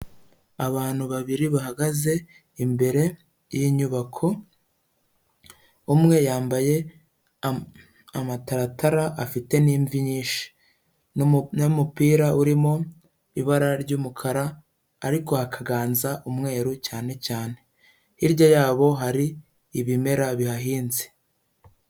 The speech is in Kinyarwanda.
Abantu babiri bahagaze imbere y'inyubako, umwe yambaye amataratara, afite n'imvi nyinshi, n'umupira urimo ibara ry'umukara, ariko hakaganza umweru cyane cyane, hirya yabo hari ibimera bihahinze.